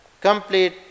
complete